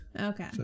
Okay